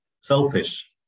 selfish